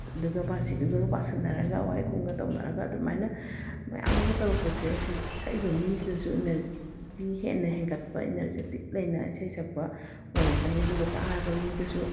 ꯑꯗꯨꯒ ꯕꯥꯁꯤꯗꯨꯒ ꯄꯥꯁꯤꯟꯅꯔꯒ ꯑꯋꯥꯏ ꯑꯈꯨꯝꯒ ꯇꯧꯅꯔꯒ ꯑꯗꯨꯃꯥꯏꯅ ꯃꯌꯥꯝꯒ ꯇꯧꯔꯛꯄꯁꯦ ꯑꯁꯤ ꯁꯛꯏꯕ ꯃꯤꯁꯤꯅꯁꯨ ꯏꯅꯔꯖꯤ ꯍꯦꯟꯅ ꯍꯦꯟꯒꯠꯄ ꯏꯅꯔꯖꯦꯇꯤꯛ ꯂꯩꯅ ꯏꯁꯩ ꯁꯛꯄ ꯑꯣꯏꯔꯛꯀꯅꯤ ꯑꯗꯨꯒ ꯇꯥꯔꯕ ꯃꯤꯗꯁꯨ